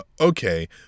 okay